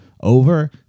over